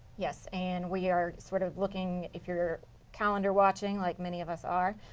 yes. and we are sort of looking, if your calendar watching like many of us are.